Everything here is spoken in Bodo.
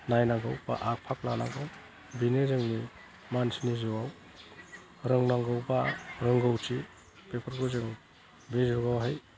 नायनांगौ बा आगफाग लानांगौ बेनो जोंनि मानसिनि जिउआव रोंनांगौ बा रोंगौथि बेफोरखौ जों बे जुगावहाय